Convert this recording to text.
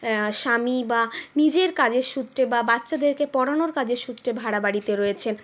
স্বামী বা নিজের কাজের সূত্রে বা বাচ্চাদেরকে পড়ানোর কাজের সূত্রে ভাড়া বাড়িতে রয়েছেন